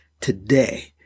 today